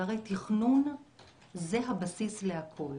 והרי תכנון זה הבסיס לכול.